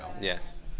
yes